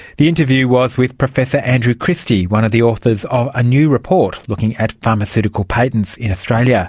the interview was with professor andrew christie, one of the authors of a new report looking at pharmaceutical patents in australia